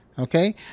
Okay